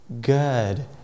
good